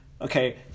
okay